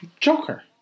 Joker